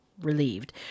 relieved